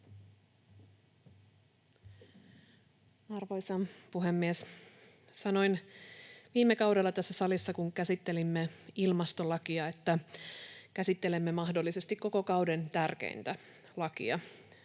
Arvoisa puhemies! Sanoin viime kaudella tässä salissa, kun käsittelimme ilmastolakia, että käsittelemme mahdollisesti koko kauden tärkeintä lakia.